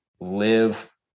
live